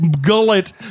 gullet